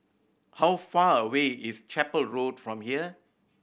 how far away is Chapel Road from here